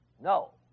no